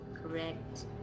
correct